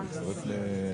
ודאי.